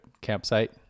campsite